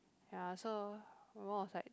ya so my mum was like